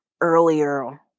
earlier